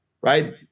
right